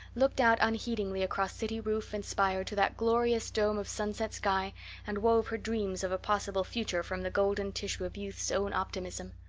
looked out unheedingly across city roof and spire to that glorious dome of sunset sky and wove her dreams of a possible future from the golden tissue of youth's own optimism.